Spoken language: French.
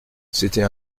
c’était